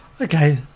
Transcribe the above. Okay